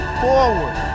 forward